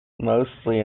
mostly